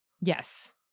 Yes